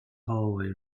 hallway